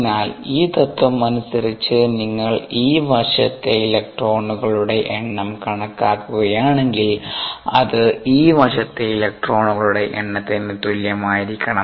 അതിനാൽ ഈ തത്വമനുസരിച്ച് നിങ്ങൾ ഈ വശത്തെ ഇലക്ട്രോണുകളുടെ എണ്ണം കണക്കാക്കുകയാണെങ്കിൽ അത് ഈ വശത്തെ ഇലക്ട്രോണുകളുടെ എണ്ണത്തിന് തുല്യമായിരിക്കണം